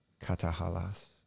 Katahalas